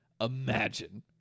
imagine